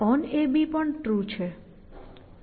onAB પણ true છે